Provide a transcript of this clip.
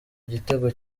igitego